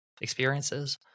experiences